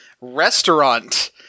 restaurant